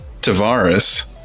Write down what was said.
Tavares